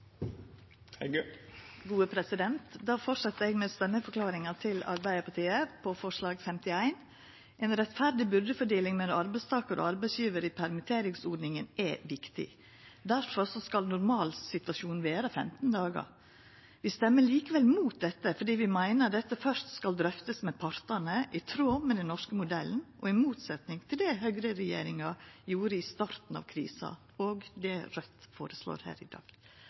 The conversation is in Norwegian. eg stemmeforklaringa til Arbeidarpartiet med forslag nr. 51: Ei rettferdig byrdefordeling mellom arbeidstakar og arbeidsgjevar i permitteringsordninga er viktig. Difor skal normalsituasjonen vera 15 dagar. Vi stemmer likevel mot dette fordi vi meiner at dette først skal drøftast med partane, i tråd med den norske modellen og i motsetnad til det høgreregjeringa gjorde i starten av krisa, og det Raudt føreslår her i dag.